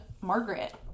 Margaret